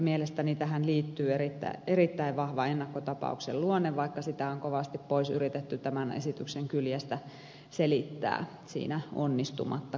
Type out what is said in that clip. mielestäni tähän liittyy erittäin vahva ennakkotapauksen luonne vaikka sitä on kovasti pois yritetty tämän esityksen kyljestä selittää siinä onnistumatta kuitenkaan